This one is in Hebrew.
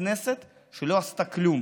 כנסת שלא עשתה כלום.